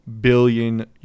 billion